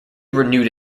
renewed